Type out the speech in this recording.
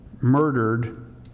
murdered